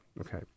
Okay